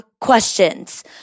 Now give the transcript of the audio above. questions